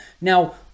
Now